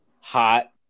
hot